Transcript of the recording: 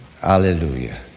Hallelujah